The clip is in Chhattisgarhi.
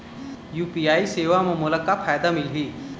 यू.पी.आई सेवा म मोला का फायदा मिलही?